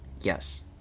Yes